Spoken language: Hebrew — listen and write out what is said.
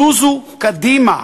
זוזו קדימה.